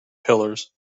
pillars